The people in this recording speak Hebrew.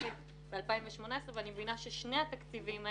תקציב ב-2018 ואני מבינה ששני התקציבים האלה,